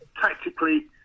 tactically